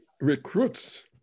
recruits